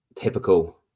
typical